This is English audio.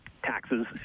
Taxes